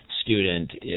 student